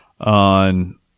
on